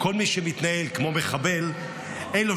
או כל מי שמתנהל כמו מחבל,